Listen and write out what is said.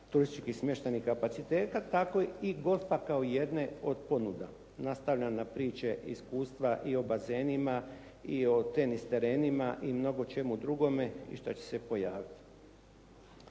turistički smještajnih kapaciteta, tako i golfa kao jedne od ponuda. Nastavljam na priče, iskustva i o bazenima i o tenis terenima i o mnogo čemu drugome i što će se pojaviti.